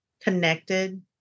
connected